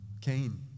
Cain